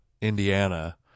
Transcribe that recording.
Indiana